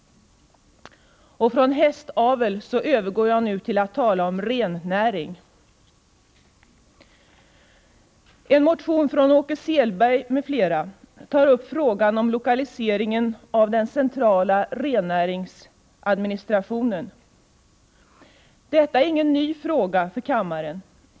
Från hästavel övergår jag nu till att tala om rennäring. En motion från Åke Selberg m.fl. tar upp frågan om lokaliseringen av den centrala rennäringsadministrationen. Detta är ingen ny fråga för kammaren.